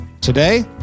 Today